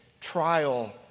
trial